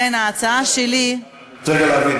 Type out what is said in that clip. אני רוצה להבין,